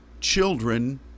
children